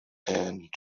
and